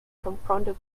confronted